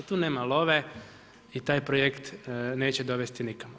Tu nema love, i taj projekt neće dovesti nikamo.